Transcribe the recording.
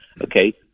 Okay